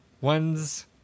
One's